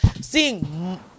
seeing